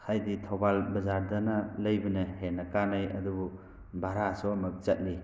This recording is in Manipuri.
ꯍꯥꯏꯗꯤ ꯊꯧꯕꯥꯜ ꯕꯖꯥꯔꯗꯅ ꯂꯩꯕꯅ ꯍꯦꯟꯅ ꯀꯥꯅꯩ ꯑꯗꯨꯕꯨ ꯚꯔꯥꯁꯨ ꯑꯃꯨꯛ ꯆꯠꯂꯤ